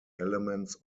elements